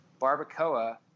barbacoa